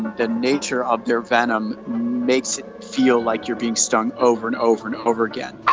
the nature of their venom makes it feel like you're being stung over and over and over again.